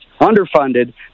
underfunded